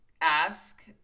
ask